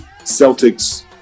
Celtics